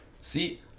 See